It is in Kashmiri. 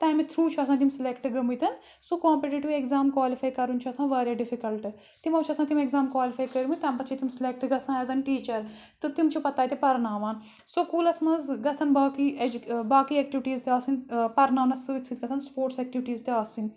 تَمہِ تھرٛوٗ چھُ آسان تِم سِلٮ۪کٹہٕ گٔمٕتٮ۪ن سُہ کامپِٹیٹِو ایٚگزام کالِفاے کَرُن چھُ آسان وارِیاہ ڈِفِکَلٹہٕ تِمو چھِ آسان تِم اٮ۪کزام کالِفاے کٔرمٕتۍ تَمہِ پَتہٕ چھِ تِم سِلٮ۪کٹہٕ گژھان ایز اَن ٹیٖچَر تہٕ تِم چھِ پَتہٕ تَتہِ پَرناوان سکوٗلَس منٛز گژھن باقٕے اٮ۪جُک باقٕے اٮ۪کٹِوِٹیٖز تہِ آسٕنۍ پَرناونَس سۭتۍ سۭتۍ گژھن سپوٹس اٮ۪کٹِوِٹیٖز تہِ آسٕنۍ